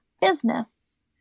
business